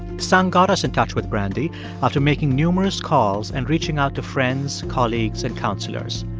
seung got us in touch with brandy after making numerous calls and reaching out to friends, colleagues and counselors.